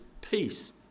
Peace